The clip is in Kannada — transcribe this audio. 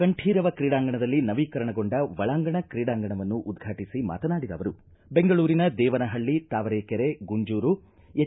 ಕಂಠೀರವ ಕ್ರೀಡಾಂಗಣದಲ್ಲಿ ನವೀಕರಣಗೊಂಡ ಒಳಾಂಗಣ ಕ್ರೀಡಾಂಗಣವನ್ನು ಉದ್ಘಾಟಿಸಿ ಮಾತನಾಡಿದ ಅವರು ಬೆಂಗಳೂರಿನ ದೇವನಹಳ್ಳಿ ತಾವರೆಕೆರೆ ಗುಂಜೂರು ಎಚ್